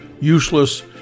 useless